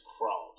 crawled